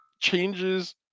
changes